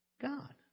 God